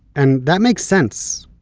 and that makes sense.